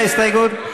עאידה תומא סלימאן,